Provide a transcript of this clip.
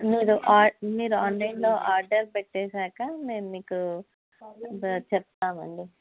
మీరు ఆ మీరు ఆన్లైన్లో ఆర్డర్ పెట్టేసాక నేను మీకు చెప్తామండి